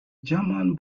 german